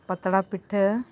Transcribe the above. ᱯᱟᱛᱲᱟ ᱯᱤᱴᱷᱟᱹ